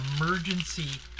emergency